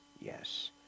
yes